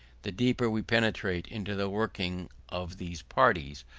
the deeper we penetrate into the working of these parties,